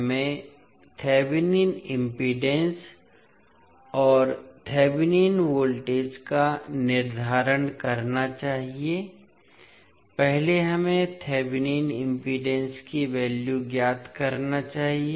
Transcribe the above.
हमें Thevenin impedance और Thevenin voltage का निर्धारण करना चाहिए पहले हमें थेविनिन इम्पीडेन्स की वैल्यू ज्ञात करना चाहिए